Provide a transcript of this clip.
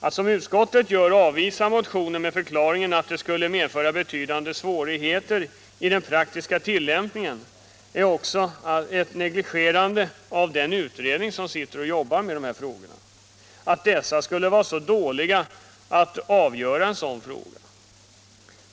Att som utskottet gör avvisa motionen med förklaringen att det skulle medföra betydande svårigheter i den praktiska tillämpningen är också ett negligerande av utredningen — den skulle vara så dålig att den inte kan klara en sådan fråga.